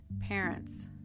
parents